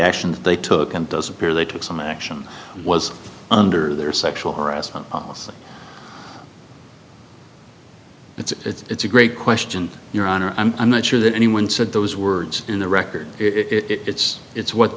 actions they took and does appear they took some action was under their sexual harassment laws it's a great question your honor i'm not sure that anyone said those words in the record it's it's what